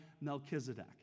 Melchizedek